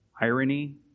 irony